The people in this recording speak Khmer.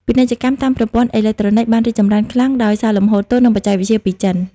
ពាណិជ្ជកម្មតាមប្រព័ន្ធអេឡិចត្រូនិក បានរីកចម្រើនខ្លាំងដោយសារលំហូរទុន និងបច្ចេកវិទ្យាពីចិន។